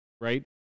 right